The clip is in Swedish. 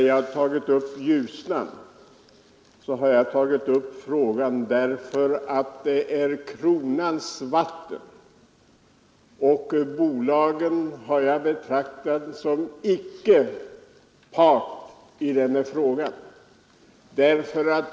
Herr talman! Jag har tagit upp frågan om Ljusnan därför att det är kronans vatten. Bolagen har jag betraktat som icke part i den här frågan.